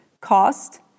cost